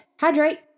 hydrate